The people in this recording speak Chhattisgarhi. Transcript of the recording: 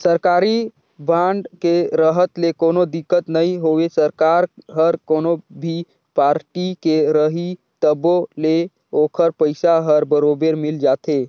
सरकारी बांड के रहत ले कोनो दिक्कत नई होवे सरकार हर कोनो भी पारटी के रही तभो ले ओखर पइसा हर बरोबर मिल जाथे